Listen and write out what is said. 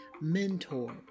Mentor